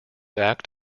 act